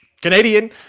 Canadian